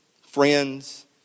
friends